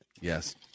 Yes